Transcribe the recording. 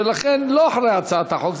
ולכן לא אחרי הצעת החוק,